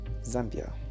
Zambia